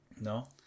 no